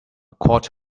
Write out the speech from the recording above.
quart